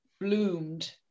bloomed